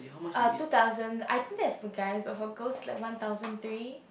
uh two thousand I think that's for guys that goes like one thousand three